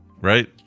right